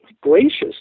gracious